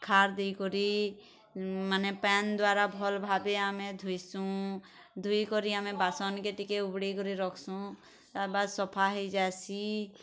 ଖାର୍ ଦେଇକରି ମାନେ ପାନ୍ ଦ୍ଵାରା ଭଲ୍ ଭାବେ ଆମେ ଧୁଇସି ଧୁଇକରି ଆମେ ବାସନ୍ କେ ଟିକେ ଉଗୁଡ଼େଇ କରି ରଖସୁ ଆର ବା ସଫା ହେଇ ଯାଇସି